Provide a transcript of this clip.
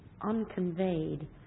unconveyed